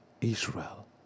Israel